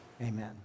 Amen